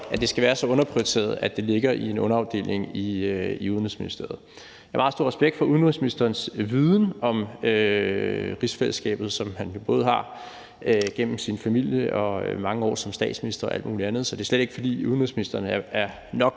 at det skal være så underprioriteret, at det ligger i en underafdeling i Udenrigsministeriet. Jeg har meget stor respekt for udenrigsministerens viden om rigsfællesskabet, som han jo har gennem både sin familie og sine mange år som statsminister og alt muligt andet. Så det er slet ikke det; udenrigsministeren er nok